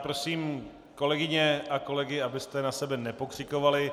Prosím kolegyně a kolegy, abyste na sebe nepokřikovali.